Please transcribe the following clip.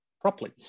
properly